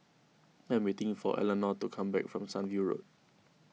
I am waiting for Elenora to come back from Sunview Road